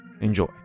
Enjoy